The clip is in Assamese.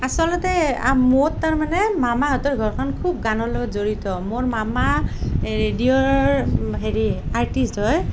আচলতে মোৰ তাৰমানে মামাহঁতৰ ঘৰখন খুব গানৰ লগত জড়িত মোৰ মামা ৰেডিঅ'ৰ হেৰি আৰ্টিছড হয়